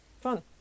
fun